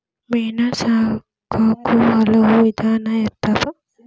ಮೇನಾ ಸಾಕಾಕು ಹಲವು ವಿಧಾನಾ ಇರ್ತಾವ